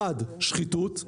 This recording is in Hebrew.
1. שחיתות.